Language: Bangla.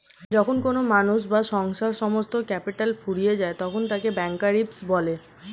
যখন কোনো মানুষ বা সংস্থার সমস্ত ক্যাপিটাল ফুরিয়ে যায় তখন তাকে ব্যাঙ্করাপ্সি বলে